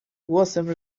głosem